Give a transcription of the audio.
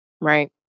Right